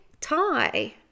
tie